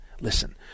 listen